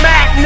Mac